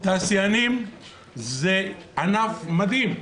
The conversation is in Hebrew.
תעשיינים זה ענף מדהים.